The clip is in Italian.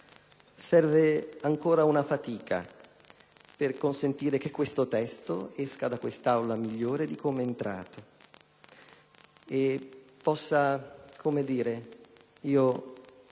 Serve ancora una fatica per consentire che questo testo esca da quest'Aula migliore di come è entrato. Io non cito